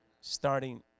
starting